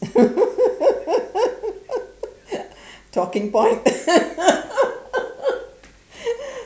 talking point